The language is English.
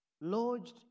lodged